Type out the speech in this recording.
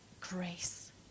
grace